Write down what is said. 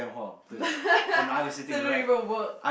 so I don't even work